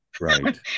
Right